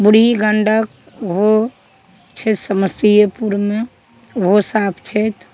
बूढ़ी गण्डक ओहो छै समस्तीयेपुरमे ओहो साफ छथि